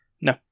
No